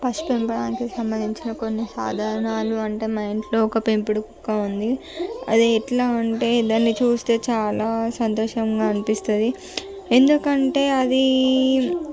పశు పెంపకానికి సంబంధించిన కొన్ని సాధారణాలు అంటే మా ఇంట్లో ఒక పెంపుడు కుక్క ఉంది అది ఎట్లా అంటే దాన్ని చూస్తే చాలా సంతోషంగా అనిపిస్తుంది ఎందుకంటే అది